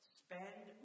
spend